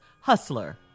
hustler